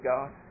God